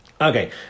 Okay